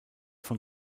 von